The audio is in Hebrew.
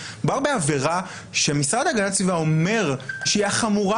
מדובר בעבירה שהמשרד להגנת הסביבה אומר שהיא החמורה